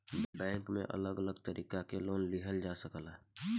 bank में अलग अलग तरह के लोन लिहल जा सकता